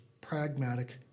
pragmatic